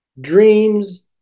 dreams